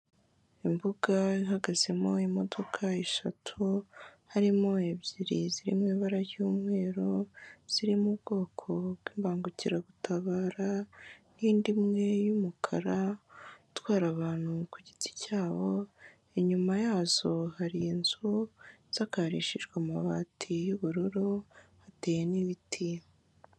Imbuga ihagazemo imodoka eshatu, harimo ebyiri ziri mu ibara ry'umweru, zirimo ubwoko bw'imbangukiragutabara n'indi imwe y'umukara, itwara abantu ku giti cyabo, inyuma yazo hari inzu isakarishijwe amabati y'ubururu, hateye n'ibiti.